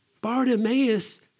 Bartimaeus